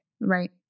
Right